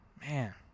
Man